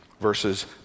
verses